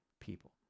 people